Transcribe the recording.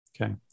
Okay